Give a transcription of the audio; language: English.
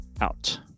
out